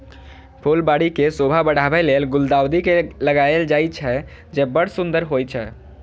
फुलबाड़ी के शोभा बढ़ाबै लेल गुलदाउदी के लगायल जाइ छै, जे बड़ सुंदर होइ छै